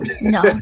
No